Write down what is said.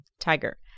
Tiger